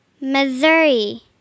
Missouri